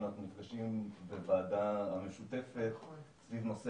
אנחנו נפגשים בוועדה המשותפת סביב נושא